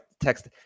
text